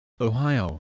Ohio